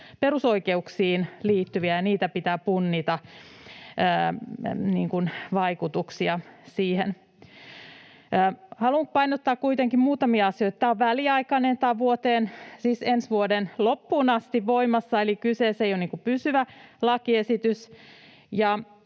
perusoikeuksiin liittyviä, ja pitää punnita vaikutuksia niihin. Haluan painottaa kuitenkin muutamia asioita: Tämä on väliaikainen, tämä on siis ensi vuoden loppuun asti voimassa, eli kyseessä ei ole niin kuin pysyvä lakiesitys.